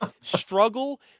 struggle